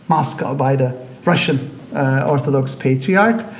moscow, by the russian orthodox patriarch,